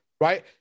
right